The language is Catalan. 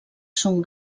són